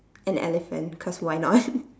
an elephant because why not